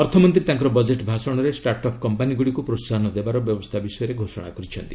ଅର୍ଥମନ୍ତ୍ରୀ ତାଙ୍କର ବଜେଟ୍ ଭାଷଣରେ ଷ୍ଟାର୍ଟ ଅପ୍ କମ୍ପାନିଗୁଡ଼ିକୁ ପ୍ରୋସାହନ ଦେବାର ବ୍ୟବସ୍ଥା ବିଷୟରେ ଘୋଷଣା କରିଛନ୍ତି